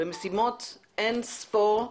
במשימות אין ספור,